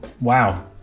Wow